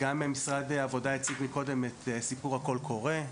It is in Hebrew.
משרד העבודה הציג קודם את סיפור הקול קורא,